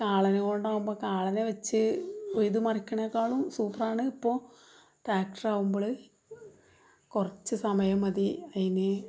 കാളേനെ കൊണ്ടുപോവുമ്പോൾ കാളേനെ വെച്ച് ഉഴുത് മറിക്കുന്നതിനേക്കാളും സുഖമാണ് ഇപ്പോൾ ട്രാക്ട്റാവുമ്പോൾ കുറച്ച് സമയം മതി അതിന്